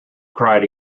cried